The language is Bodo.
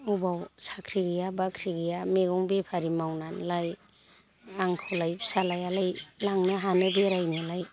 अबाव साख्रि गैया बाख्रि गैया मैगं बेफारि मावनानैलाय आंखौलाय फिसाज्लायलाय लांनो हानो बेरायनोलाय